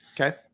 Okay